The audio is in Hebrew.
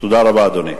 תודה רבה, אדוני.